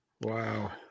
Wow